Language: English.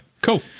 Cool